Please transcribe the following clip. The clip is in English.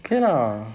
okay lah